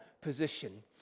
position